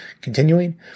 continuing